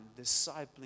discipling